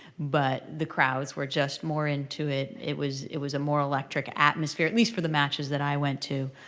but the crowds were just more into it. it was it was a more electric atmosphere, at least for the matches that i went to,